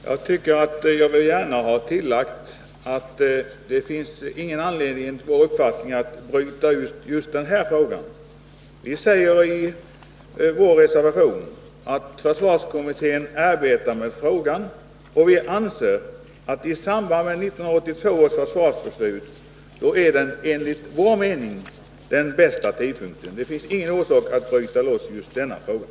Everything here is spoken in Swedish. Herr talman! Jag vill gärna tillägga att det enligt vår uppfattning inte finns någon anledning att bryta ut just den här frågan. Vi framhåller i vår reservation att försvarskommittén arbetar med frågan, och vi anser att den bästa tidpunkten för att ta ställning är isamband med 1982 års försvarsbeslut. Nr 25 Det finns ingen orsak att bryta loss just denna fråga.